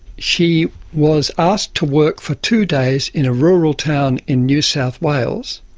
she was asked to work for two days in a rural town in new south wales,